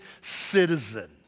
citizen